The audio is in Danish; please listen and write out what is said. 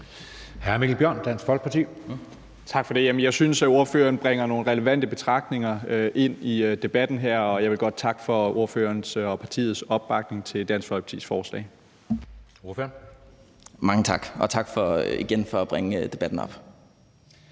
Tak for det. Jeg synes, ordføreren bringer nogle relevante betragtninger ind i debatten her, og jeg vil godt takke for ordførerens og partiets opbakning til Dansk Folkepartis forslag. Kl. 11:18 Anden næstformand (Jeppe